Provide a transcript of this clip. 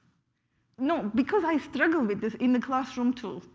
no, because i struggle with this in the classroom too,